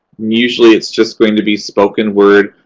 usually it's just going to be spoken word.